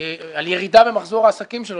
על ירידה במחזור עסקים שלו.